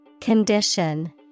Condition